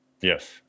Yes